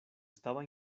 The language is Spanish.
estaba